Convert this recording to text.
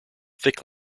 thick